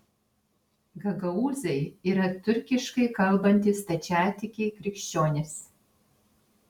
gagaūzai yra turkiškai kalbantys stačiatikiai krikščionys